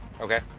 Okay